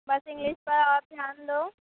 بس اِس طرح اور دھیان دو